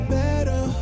better